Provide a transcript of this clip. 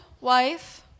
wife